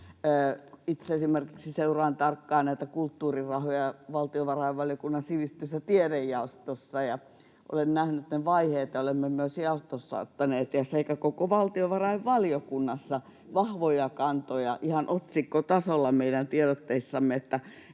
näitä kulttuurirahoja valtiovarainvaliokunnan sivistys- ja tiedejaostossa ja olen nähnyt ne vaiheet, ja olemme myös jaostossa sekä koko valtiovarainvaliokunnassa ottaneet vahvoja kantoja, ihan otsikkotasolla meidän tiedotteissamme,